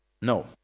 No